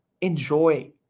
enjoy